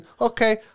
Okay